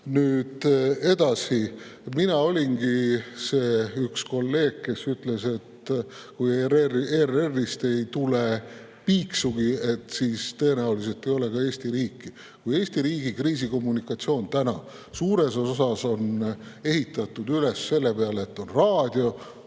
Nüüd edasi. Mina olingi see üks kolleeg, kes ütles, et kui ERR‑ist ei tule piiksugi, siis tõenäoliselt ei ole ka Eesti riiki. Eesti riigi kriisikommunikatsioon on täna suures osas üles ehitatud selle peale, et sul on raadio,